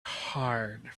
hard